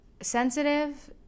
sensitive